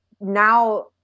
now